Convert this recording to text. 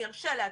אני ארשה לעצמי.